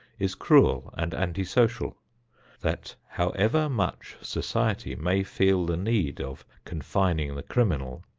is cruel and anti-social that however much society may feel the need of confining the criminal,